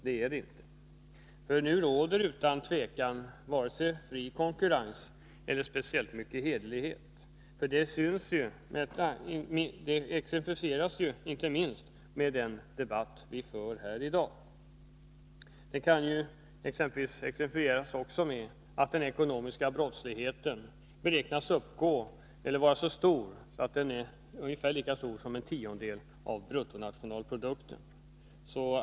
Det gör det inte. Nu finns utan tvivel varken fri konkurrens eller speciellt mycket hederlighet. Detta exemplifieras inte minst med den debatt som vi i dag för. Det kan också exemplifieras med att omfattningen av den ekonomiska brottsligheten beräknas vara ungefär lika stor som en tiondel av bruttonationalprodukten.